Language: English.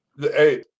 Hey